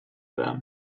them